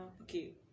Okay